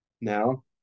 Now